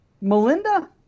Melinda